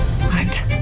right